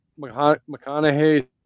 McConaughey